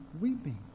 weeping